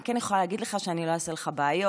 אני כן יכולה להגיד לך שאני לא אעשה לך בעיות.